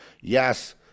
Yes